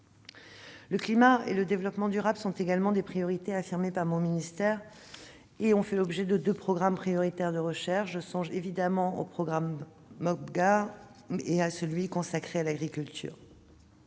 Le climat et le développement durable sont également des priorités affirmées par mon ministère et ont fait l'objet de deux programmes prioritaires de recherche. Je songe évidemment au programme Mopga et à celui consacré à l'agriculture.